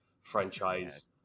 franchise-